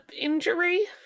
injury